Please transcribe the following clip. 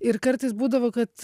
ir kartais būdavo kad